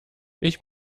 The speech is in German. ich